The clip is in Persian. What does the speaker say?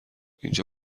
اینجا